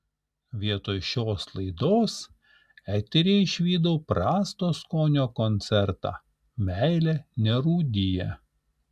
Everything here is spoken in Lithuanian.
vietoj šios laidos eteryje išvydau prasto skonio koncertą meilė nerūdija